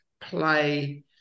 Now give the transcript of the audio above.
play